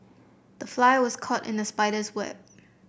the fly was caught in the spider's web